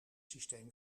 systeem